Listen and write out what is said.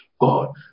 God